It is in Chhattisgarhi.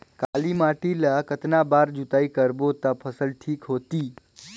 काली माटी ला कतना बार जुताई करबो ता फसल ठीक होती?